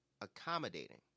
accommodating